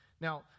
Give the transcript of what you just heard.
Now